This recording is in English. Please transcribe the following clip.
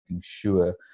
sure